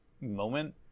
moment